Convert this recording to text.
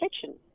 kitchen